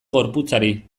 gorputzari